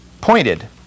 pointed